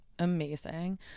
Amazing